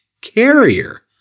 carrier